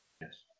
Yes